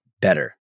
better